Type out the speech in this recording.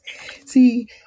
See